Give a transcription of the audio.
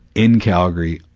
in calgary,